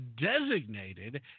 designated